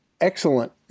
excellent